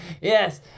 yes